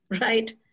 right